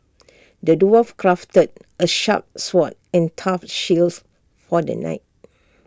the dwarf crafted A sharp sword and A tough shields for the knight